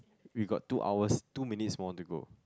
we got two hours two minutes more to go